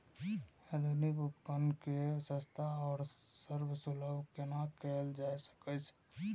आधुनिक उपकण के सस्ता आर सर्वसुलभ केना कैयल जाए सकेछ?